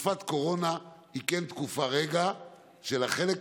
שתקופת קורונה היא כן תקופה של החלק העליון,